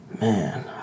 Man